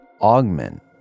augment